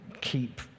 keep